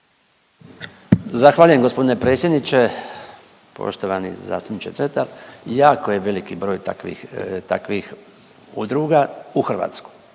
Zahvaljujem gospodine predsjedniče, poštovani zastupniče Dretar jako je veliki broj takvih, takvih udruga u Hrvatskoj.